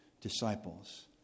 disciples